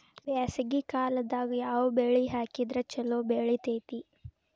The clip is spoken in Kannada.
ಬ್ಯಾಸಗಿ ಕಾಲದಾಗ ಯಾವ ಬೆಳಿ ಹಾಕಿದ್ರ ಛಲೋ ಬೆಳಿತೇತಿ?